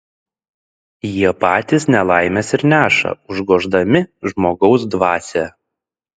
jie patys nelaimes ir neša užgoždami žmogaus dvasią